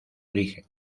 origen